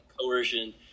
coercion